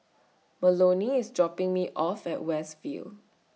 Melonie IS dropping Me off At West View